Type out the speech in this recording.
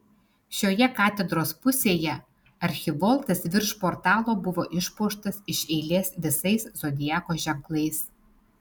šioje katedros pusėje archivoltas virš portalo buvo išpuoštas iš eilės visais zodiako ženklais